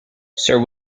sir